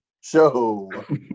Show